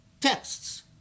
texts